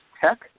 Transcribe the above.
Tech